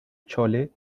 chole